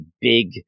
big